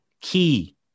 key